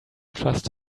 trust